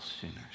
sinners